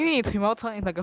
where got such thing